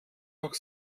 noch